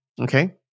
okay